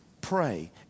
pray